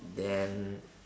then